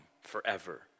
forever